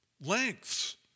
lengths